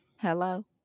Hello